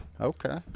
Okay